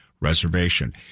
Reservation